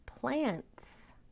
plants